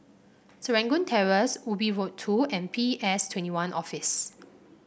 Serangoon Terrace Ubi Road Two and P S Twenty One Office